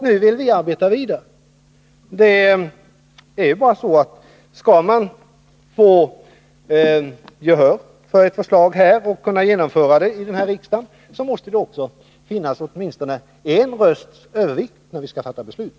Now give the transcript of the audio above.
Nu vill vi arbeta vidare. Men det är ju bara så, att om man skall få gehör för och kunna genomföra ett förslag här i riksdagen, så måste det bli åtminstone en rösts övervikt för ett beslut som stöder förslaget.